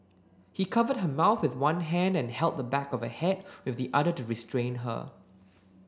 he covered her mouth with one hand and held the back of her head with the other to restrain her